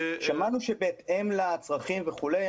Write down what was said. שמענו שבהתאם לצרכים וכולי.